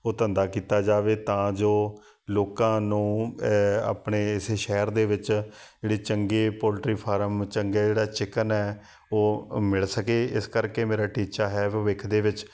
ਉਹ ਧੰਦਾ ਕੀਤਾ ਜਾਵੇ ਤਾਂ ਜੋ ਲੋਕਾਂ ਨੂੰ ਆਪਣੇ ਇਸ ਸ਼ਹਿਰ ਦੇ ਵਿੱਚ ਜਿਹੜੇ ਚੰਗੇ ਪੋਲਟਰੀ ਫਾਰਮ ਚੰਗੇ ਜਿਹੜਾ ਚਿਕਨ ਹੈ ਉਹ ਮਿਲ ਸਕੇ ਇਸ ਕਰਕੇ ਮੇਰਾ ਟੀਚਾ ਹੈ ਭਵਿੱਖ ਦੇ ਵਿੱਚ